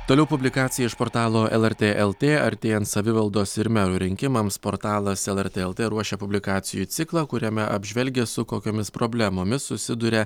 toliau publikacija iš portalo lrt lt artėjant savivaldos ir merų rinkimams portalas lrt lt ruošia publikacijų ciklą kuriame apžvelgia su kokiomis problemomis susiduria